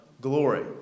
glory